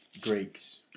Greeks